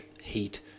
heat